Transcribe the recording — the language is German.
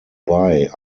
bei